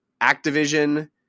Activision